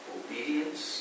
obedience